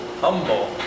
Humble